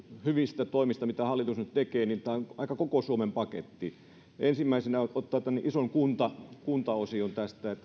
hyvistä toimista mitä hallitus nyt tekee tämä on aika koko suomen paketti ensimmäisenä voisi ottaa tämän ison kuntaosion